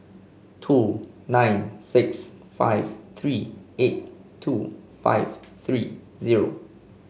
two nine six five three eight two five three zero